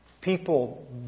people